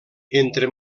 entre